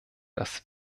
das